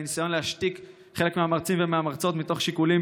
מין ניסיון להשתיק חלק מהמרצים ומהמרצות מתוך שיקולים,